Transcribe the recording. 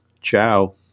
Ciao